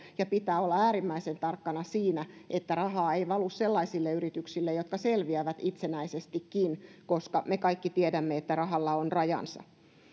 ja pitää olla äärimmäisen tarkkana siinä että rahaa ei valu sellaisille yrityksille jotka selviävät itsenäisestikin koska me kaikki tiedämme että rahalla on rajansa